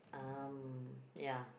um yeah